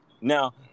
Now